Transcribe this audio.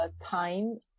Time